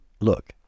look